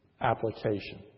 application